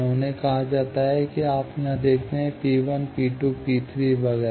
उन्हें कहा जाता है यहां आप देखते हैं P1 P2 P3 वगैरह